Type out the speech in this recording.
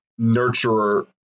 nurturer